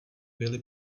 byly